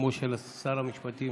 בשמו של שר המשפטים